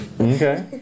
Okay